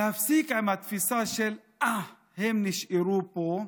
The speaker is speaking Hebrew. להפסיק עם התפיסה של: אה, הם נשארו פה,